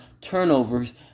turnovers